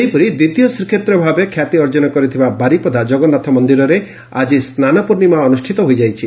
ସେହିପରି ଦ୍ୱିତୀୟ ଶ୍ରୀକ୍ଷେତ୍ର ଭାବେ ଖ୍ୟାତି ଅର୍ଙ୍ଜନ କରିଥିବା ବାରିପଦା ଜଗନ୍ନାଥ ମନ୍ଦିରରେ ଆକି ସ୍ନାନପୂର୍ଶିମା ଅନୁଷ୍ଠିତ ହୋଇଯାଇଛି